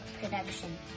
production